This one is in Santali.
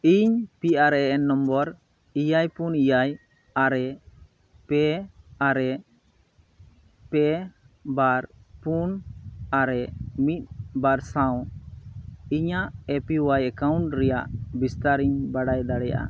ᱤᱧ P R A N number ᱮᱭᱟᱭ ᱯᱩᱱ ᱮᱭᱟᱭ ᱟᱨᱮ ᱯᱮ ᱟᱨᱮ ᱯᱮ ᱵᱟᱨ ᱯᱩᱱ ᱟᱨᱮ ᱢᱤᱫ ᱵᱟᱨ ᱥᱟᱶ ᱤᱧᱟᱜ ᱮ ᱯᱤ ᱚᱣᱟᱭ ᱮᱠᱟᱣᱩᱱᱴ ᱨᱮᱭᱟᱜ ᱵᱤᱥᱛᱟᱨ ᱤᱧ ᱵᱟᱰᱟᱭ ᱫᱟᱲᱮᱭᱟᱜᱼᱟ